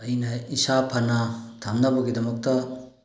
ꯑꯩꯅ ꯏꯁꯥ ꯐꯅ ꯊꯝꯅꯕꯒꯤꯗꯃꯛꯇ